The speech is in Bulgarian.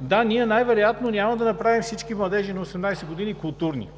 Да, ние най-вероятно няма да направим всички младежи на 18 години културни,